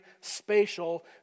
spatial